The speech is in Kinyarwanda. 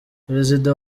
perezida